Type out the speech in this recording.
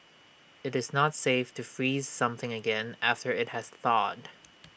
IT is not safe to freeze something again after IT has thawed